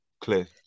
clear